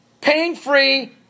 pain-free